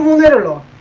little little